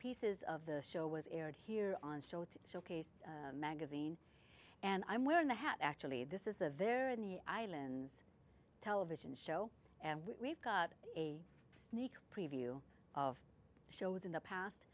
pieces of the show was aired here on show to showcase magazine and i'm wearing the hat actually this is a very in the island's television show and we've got a sneak preview of shows in the past